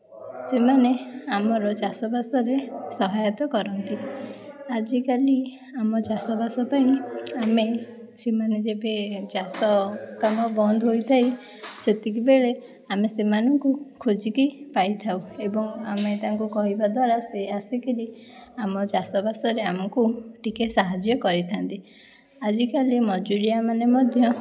ସେମାନେ ଆମର ଚାଷବାସରେ ସହାୟତା କରନ୍ତି ଆଜିକାଲି ଆମ ଚାଷବାସ ପାଇଁ ଆମେ କୃଷିମାନେ ଯେବେ ଚାଷ କାମ ବନ୍ଦ ହେଇଥାଏ ସେତିକି ବେଳେ ଆମେ ସେମାନଙ୍କୁ ଖୋଜିକି ପାଇଥାଉ ଏବଂ ଆମେ ତାଙ୍କୁ କହିବା ଦ୍ୱାରା ସେ ଆସିକିରି ଆମ ଚାଷବାସରେ ଆମକୁ ଟିକେ ସାହାଯ୍ୟ କରିଥାନ୍ତି ଆଜିକାଲି ମଜୁରୀଆମାନେ ମଧ୍ୟ